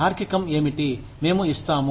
తార్కికం ఏమిటి మేము ఇస్తాము